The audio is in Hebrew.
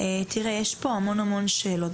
תראה, יש פה המון שאלות.